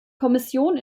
kommission